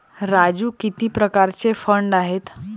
राजू किती प्रकारचे फंड आहेत?